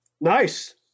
Nice